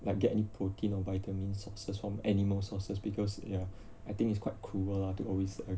like get any protein or vitamin sources from animal sources because ya I think it's quite cruel lah to always